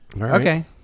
Okay